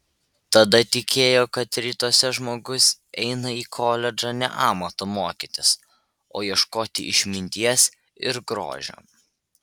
tada tikėjo kad rytuose žmogus eina į koledžą ne amato mokytis o ieškoti išminties ir grožio